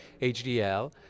HDL